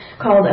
called